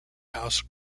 house